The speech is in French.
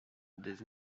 des